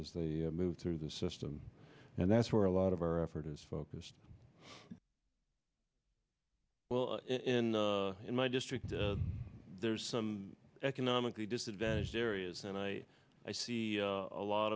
as they move through the system and that's where a lot of our effort is focused well in in my district there's some economically disadvantaged areas and i see a lot